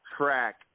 track